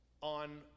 on